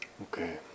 Okay